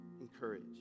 encourage